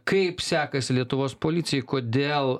kaip sekasi lietuvos policijai kodėl